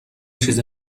چیز